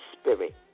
spirit